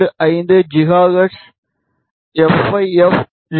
25 gigahertz FIF 0